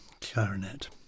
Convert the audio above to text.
clarinet